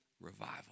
revival